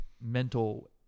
mental